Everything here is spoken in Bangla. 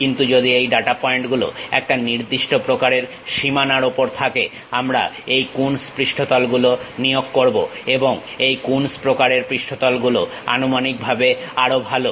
কিন্তু যদি এই ডাটা বিন্দুগুলো একটা নির্দিষ্ট প্রকারের সীমানার ওপর থাকে আমরা এই কুনস পৃষ্ঠতল গুলো নিয়োগ করবো এবং এই কুনস পৃষ্ঠতল গুলো আনুমানিকভাবে আরো ভালো